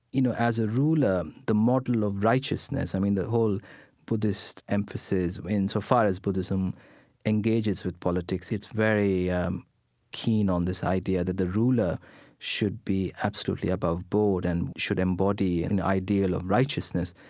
you know, as a ruler, the model of righteousness. i mean, the whole buddhist emphasis, so far as buddhism engages with politics, it's very um keen on this idea that the ruler should be absolutely above board and should embody and an ideal of righteousness.